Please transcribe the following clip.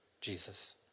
Jesus